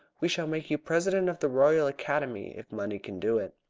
we shall make you president of the royal academy if money can do it.